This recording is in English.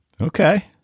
Okay